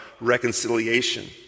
reconciliation